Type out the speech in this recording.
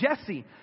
Jesse